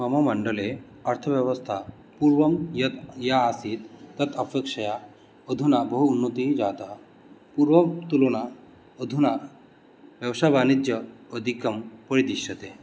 मम मण्डले अर्थव्यवस्था पूर्वं यत् या आसीत् तत् अपेक्षया अधुना बहु उन्नतिः जाता पूर्वं तुलना अधुना व्यवसायवाणिज्यम् अधिकं परिदृश्यते